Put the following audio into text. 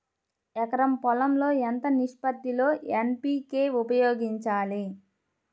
ఎకరం పొలం లో ఎంత నిష్పత్తి లో ఎన్.పీ.కే ఉపయోగించాలి?